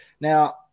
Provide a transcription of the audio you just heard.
Now